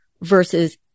versus